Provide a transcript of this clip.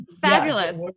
Fabulous